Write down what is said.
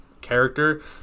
character